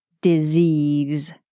Disease